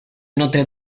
notre